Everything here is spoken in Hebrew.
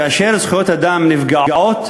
כאשר זכויות אדם נפגעות,